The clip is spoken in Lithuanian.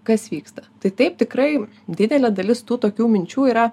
kas vyksta tai taip tikrai didelė dalis tų tokių minčių yra